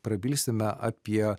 prabilsime apie